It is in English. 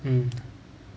mm